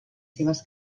seves